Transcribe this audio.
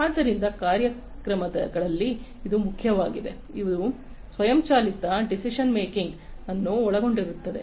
ಆದ್ದರಿಂದ ಕಾರ್ಯಕ್ರಮಗಳಲ್ಲಿ ಇದು ಮುಖ್ಯವಾಗಿದೆ ಇದು ಸ್ವಯಂಚಾಲಿತ ಡಿಸಿಷನ್ ಮೇಕಿಂಗ್ ಯನ್ನು ಒಳಗೊಂಡಿರುತ್ತದೆ